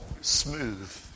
smooth